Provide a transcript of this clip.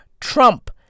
Trump